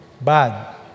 Bad